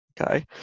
okay